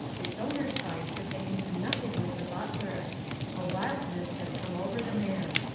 its owners find that they can do nothing with the butler a wildness has come over the man.